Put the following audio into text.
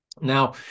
Now